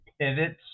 pivots